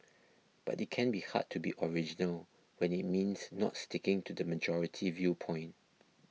but it can be hard to be original when it means not sticking to the majority viewpoint